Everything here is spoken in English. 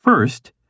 First